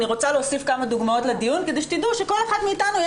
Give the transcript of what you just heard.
אני רוצה להוסיף כמה דוגמאות לדיון כדי שתדעו שכל אחת מאתנו,